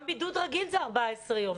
גם בידוד רגיל הוא 14 יום.